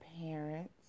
parents